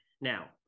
Now